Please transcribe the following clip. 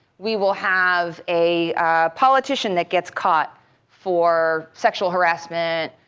we will have a politician that gets caught for sexual harassment,